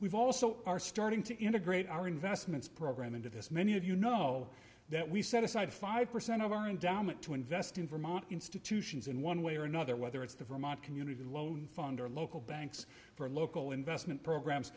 we've also are starting to integrate our investments program into this many of you know that we set aside five percent of our endowment to invest in vermont institutions in one way or another whether it's the vermont community loan fund or local banks for local investment programs